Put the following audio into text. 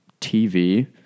TV